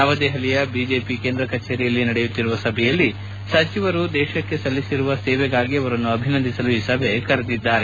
ನವದೆಹಲಿಯ ಬಿಜೆಪಿ ಕೇಂದ್ರ ಕಚೇರಿಯಲ್ಲಿ ನಡೆಯುತ್ತಿರುವ ಸಭೆಯಲ್ಲಿ ಸಚಿವರು ದೇಶಕ್ಕೆ ಸಲ್ಲಿಸಿರುವ ಸೇವೆಗಾಗಿ ಅವರನ್ನು ಅಭಿನಂದಿಸಲು ಈ ಸಭೆ ಕರೆದಿದ್ದಾರೆ